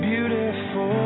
Beautiful